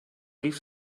rief